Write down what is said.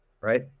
right